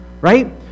right